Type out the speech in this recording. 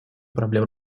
проблем